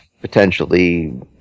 potentially